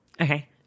Okay